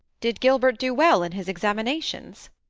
did gilbert do well in his examinations?